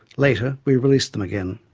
later, we released them again.